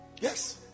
Yes